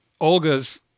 Olga's